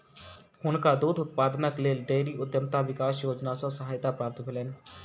हुनका दूध उत्पादनक लेल डेयरी उद्यमिता विकास योजना सॅ सहायता प्राप्त भेलैन